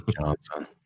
Johnson